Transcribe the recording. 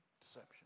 Deception